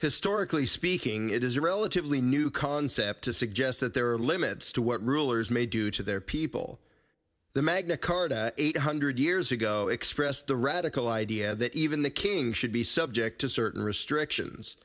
historically speaking it is a relatively new concept to suggest that there are limits to what rulers may do to their people the magna carta eight hundred years ago expressed the radical idea that even the king should be subject to certain restrictions